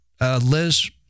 Liz